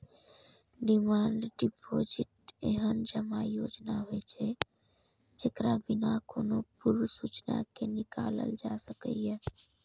demand deposit एहन जमा योजना होइ छै, जेकरा बिना कोनो पूर्व सूचना के निकालल जा सकैए